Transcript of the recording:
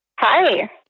Hi